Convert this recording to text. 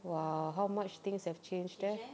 !wah! how much things have changed eh